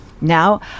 Now